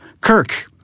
Kirk